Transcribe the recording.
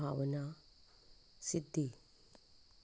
भावना सिद्धी